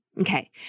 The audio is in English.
Okay